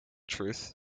truth